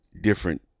different